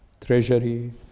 treasury